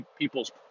people's